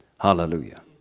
Hallelujah